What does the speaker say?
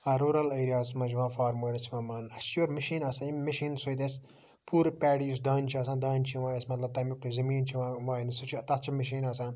rural ایریاہَس مَنٛز چھ یِوان فارمٲرس چھِ یِوان ماننہٕ اَسہِ چھ یورٕ مشیٖن آسان ییٚمہِ مشیٖن سۭتۍ اَسہِ پوٗرٕ پیڈی یُس دانہِ چھُ آسان دانہِ چھ یِوان اَسہِ مَطلَب تَمیُک زمیٖن چھُ یِوان واینہِ سُہ چھُ تتھ چھِ مشیٖن آسان